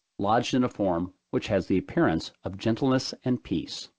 lodged in a form which has the appearance of gentleness and peace.